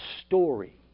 story